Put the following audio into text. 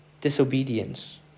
disobedience